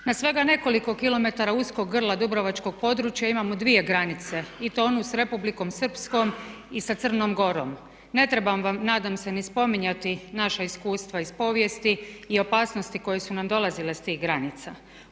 Na svega nekoliko kilometra uskog grla dubrovačkog područja imamo dvije granice i to onu s Republikom Srpskom i sa Crnom Gorom. Ne trebam vam nadam se ni spominjati naša iskustva iz povijesti i opasnosti koje su nam dolazile sa tih granica.